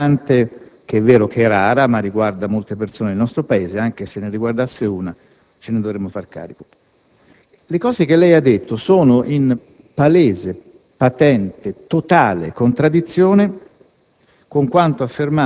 di una malattia che è importante, che è vero che è rara, ma riguarda molte persone nel nostro Paese e, anche se ne riguardasse una, ce ne dovremmo far carico. Le cose che lei ha detto sono in palese, patente, totale contraddizione